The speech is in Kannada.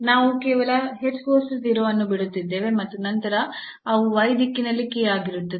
ನಾವು ಕೇವಲ ಅನ್ನು ಬಿಡುತ್ತಿದ್ದೇವೆ ಮತ್ತು ನಂತರ ಅವು y ದಿಕ್ಕಿನಲ್ಲಿ k ಆಗಿರುತ್ತವೆ